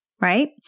right